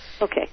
Okay